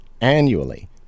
annually